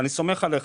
אני סומך עליך,